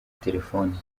telefone